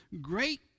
great